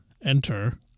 enter